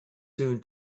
soon